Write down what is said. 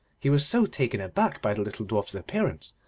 he was so taken aback by the little dwarf's appearance,